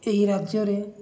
ଏହି ରାଜ୍ୟରେ